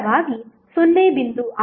6 ohm ಪ್ರತಿರೋಧವಾಗಿರುತ್ತದೆ